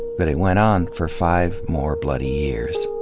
but it went on for five more bloody years.